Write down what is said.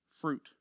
fruit